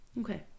okay